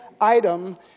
item